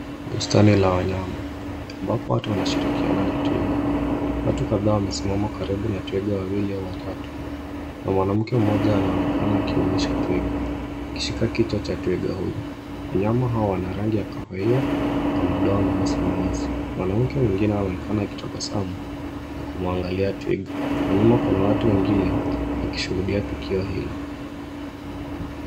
Bustani la wanyama ambapo watu wanashirikiana na twiga. Watu kadhaa wamesimama karibu na twiga wawili au watatu na mwanamke mmoja anaonekana akimlisha twiga; akishika kichwa cha twiga huyu. Wanyama hawa wana rangi ya kahawia na madoa meusi, meusi. Mwanamke mwingine anaonekana akitabasamu na kumwangalia twiga. Kwa nyuma kuna watu wengine wakishuhudia tukio hilo.